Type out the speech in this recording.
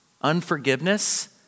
unforgiveness